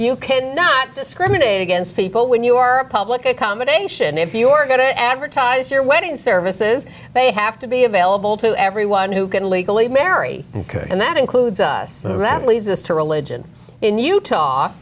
you can not discriminate against people when you are a public accommodation if you're going to advertise your wedding services they have to be available to everyone who can legally marry and that includes us that leads us to religion in utah